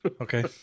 Okay